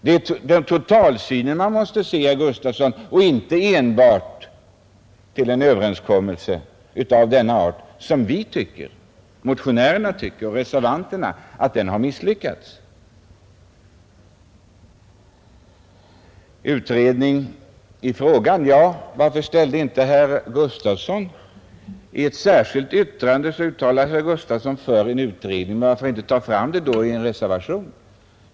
Det är den totala verkan man måste se till, herr Gustafson, och inte bara till den överenskommelse om principer som motionärerna och reservanterna tycker har misslyckats. Herr Gustafson talade om att det skulle behövas en utredning av frågan. I ett särskilt yttrande uttalar herr Gustafson sig om en utredning; varför har han inte tagit upp det i en reservation?